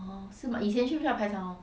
orh 是吗以前需不需要排长龙